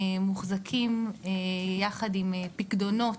מוחזקים יחד עם פיקדונות,